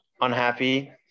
unhappy